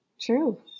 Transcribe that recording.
True